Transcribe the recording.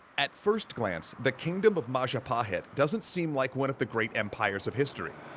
at first glance, the kingdom of majapahit doesn't seem like one of the great empires of history.